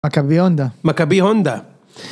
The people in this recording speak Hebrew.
מכבי הונדה. מכבי הונדה.